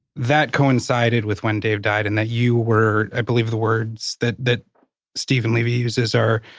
that coincided with when dave died, and that you were, i believe the words that that steven levy uses are,